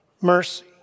Mercy